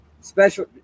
special